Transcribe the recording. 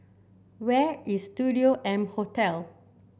where is Studio M Hotel